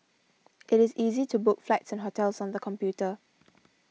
it is easy to book flights and hotels on the computer